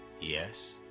yes